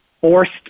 forced